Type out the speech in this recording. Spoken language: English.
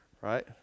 Right